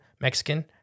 Mexican